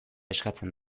eskatzen